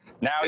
now